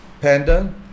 Panda